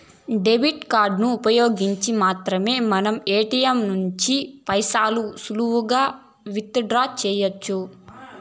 debit కార్డులను ఉపయోగించి మాత్రమే మనం ఏటియంల నుంచి పైసలు సులువుగా విత్ డ్రా సెయ్యొచ్చు